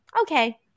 okay